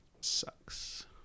Sucks